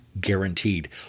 Guaranteed